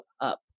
up